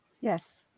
Yes